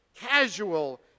casual